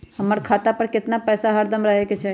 हमरा खाता पर केतना पैसा हरदम रहे के चाहि?